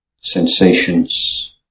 sensations